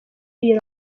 iyo